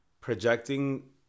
projecting